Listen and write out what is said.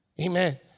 Amen